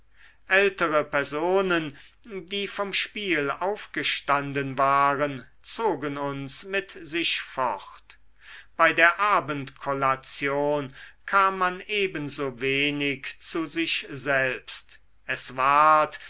ältere personen die vom spiel aufgestanden waren zogen uns mit sich fort bei der abendkollation kam man ebenso wenig zu sich selbst es ward